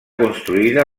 construïda